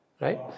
right